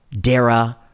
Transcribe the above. dara